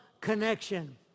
connection